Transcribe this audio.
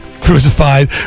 crucified